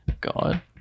God